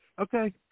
Okay